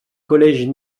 collèges